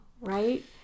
right